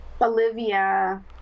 Olivia